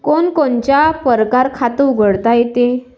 कोनच्या कोनच्या परकारं खात उघडता येते?